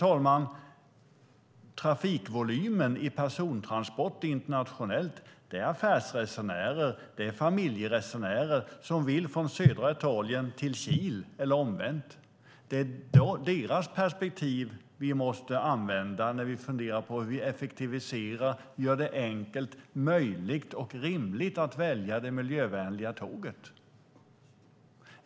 Herr talman! Trafikvolymen i persontransport är dock affärsresenärer och familjeresenärer som vill från södra Italien till Kil eller omvänt. Det är deras perspektiv vi måste använda när vi funderar på hur vi effektiviserar och gör det enkelt, möjligt och rimligt att välja det miljövänliga tåget.